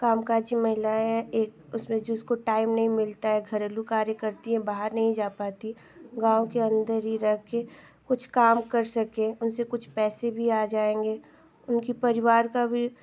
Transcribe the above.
कामकाजी महिलाएँ हैं एक उसमें जिसको टाइम नहीं मिलता है घरेलू कार्य करती हैं बाहर नहीं जा पाती हैं गाँव के अन्दर ही रहकर कुछ काम कर सकें उनसे कुछ पैसे भी आ जाएँगे उनके परिवार का भी